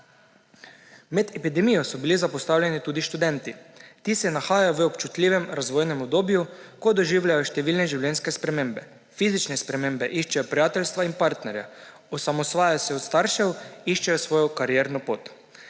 Med epidemijo so bili zapostavljeni tudi študenti. Ti si nahajajo v občutljivem razvojnem obdobju, ko doživljajo številne življenjske spremembe, fizične spremembe, iščejo prijateljstva in partnerja, osamosvajajo se od staršev, iščejo svojo karierno pot.